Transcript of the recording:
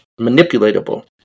manipulatable